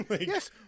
Yes